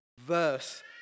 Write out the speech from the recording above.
verse